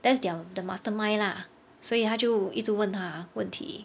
that's their the mastermind lah 所以他就一直问他问题